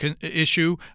issue